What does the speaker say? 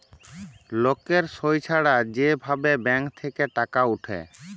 লকের সই ছাড়া যে ভাবে ব্যাঙ্ক থেক্যে টাকা উঠে